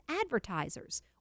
advertisers